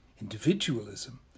Individualism